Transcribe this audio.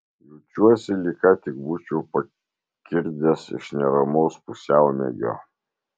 jaučiuosi lyg ką tik būčiau pakirdęs iš neramaus pusiaumiegio